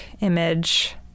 image